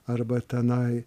arba tenai